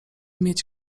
mieć